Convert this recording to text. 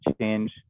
change